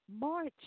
March